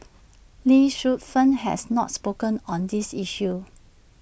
lee Suet Fern has not spoken up on this issue